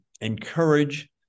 encourage